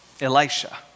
Elisha